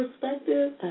perspective